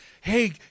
hey